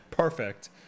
Perfect